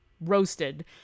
roasted